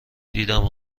دیدم